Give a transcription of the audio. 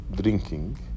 drinking